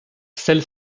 celle